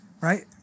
right